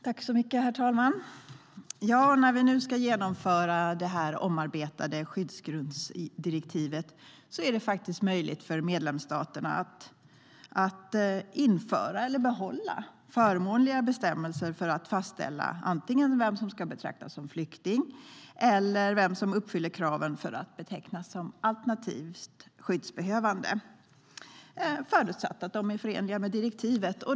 Herr talman! När vi nu ska genomföra det omarbetade skyddsgrundsdirektivet är det faktiskt möjligt för medlemsstaterna att införa eller behålla förmånligare bestämmelser för att fastställa vem som antingen ska betraktas som flykting eller uppfyller kraven för att betecknas som alternativt skyddsbehövande, förutsatt att det är förenligt med direktivet.